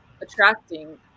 attracting